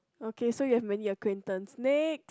okay so you have many acquaintance next